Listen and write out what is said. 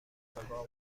اتفاق